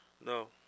No